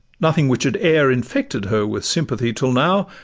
nothing which had e'er infected her with sympathy till now,